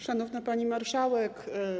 Szanowna Pani Marszałek!